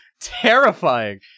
Terrifying